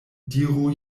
diru